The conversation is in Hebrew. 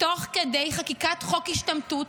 תוך כדי חקיקת חוק השתמטות,